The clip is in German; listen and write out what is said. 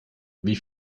wie